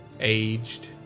aged